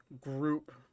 group